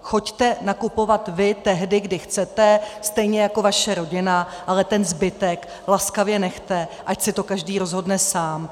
Choďte nakupovat vy tehdy, kdy chcete, stejně jako vaše rodina, ale ten zbytek laskavě nechte, ať si to každý rozhodne sám.